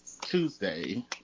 Tuesday